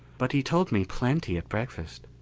but he told me plenty at breakfast.